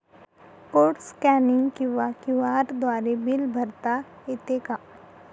Code scanning किंवा QR द्वारे bill भरता येते का?